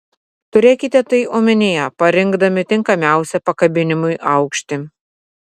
turėkite tai omenyje parinkdami tinkamiausią pakabinimui aukštį